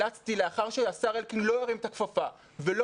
לאחר שהשר אלקין לא הרים את הכפפה ולא